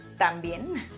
también